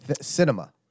Cinema